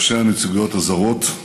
ראשי הנציגויות הזרות,